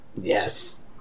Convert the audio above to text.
Yes